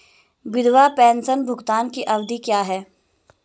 विधवा पेंशन भुगतान की अवधि क्या है?